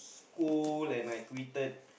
school and I quitted